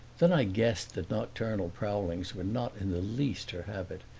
then i guessed that nocturnal prowlings were not in the least her habit,